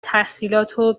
تحصیلاتو